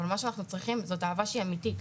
אבל מה שאנחנו צריכים זאת אהבה שהיא אמיתית,